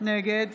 נגד